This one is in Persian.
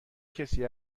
کسی